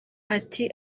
ati